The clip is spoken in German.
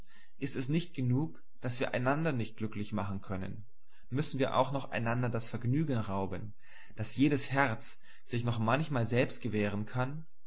ist es nicht genug daß wir einander nicht glücklich machen können müssen wir auch noch einander das vergnügen rauben das jedes herz sich noch manchmal selbst gewähren kann